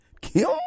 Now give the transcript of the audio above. Kim